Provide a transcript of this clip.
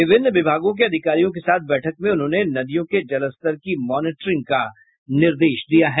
विभिन्न विभागों के अधिकारियों के साथ बैठक में उन्होंने नदियों के जलस्तर की मॉनिटरिंग का निर्देश दिया है